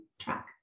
track